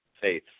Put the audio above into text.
faith